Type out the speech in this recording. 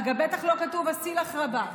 בטח לא כתוב עשי לך רבה.